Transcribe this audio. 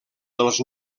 dels